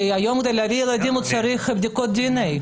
היום כדי להביא את הילדים הוא צריך בדיקות דנ"א.